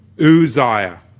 Uzziah